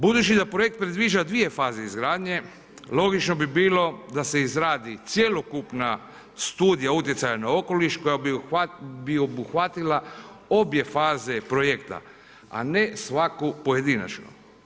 Budući da projekt predviđa dvije faze izgradnje, logično bi bilo da se izradi cjelokupna studija utjecaja na okoliš koja bi obuhvatila obje faze projekta, a ne svaku pojedinačnu.